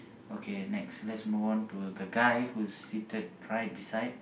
okay next let's move on to the guy who is seated right beside